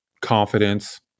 confidence